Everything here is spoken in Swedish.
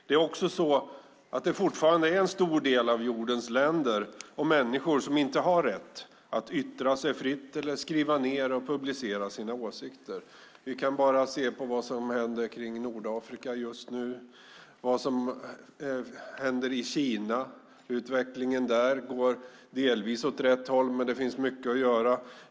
Det är också så att det fortfarande är en stor del av jordens länder och människor som inte har rätt att yttra sig fritt eller skriva ned och publicera sina åsikter - vi kan bara se på vad som händer i Nordafrika just nu, eller vad som händer i Kina. Utvecklingen där går delvis åt rätt håll, men det finns mycket att göra.